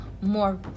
more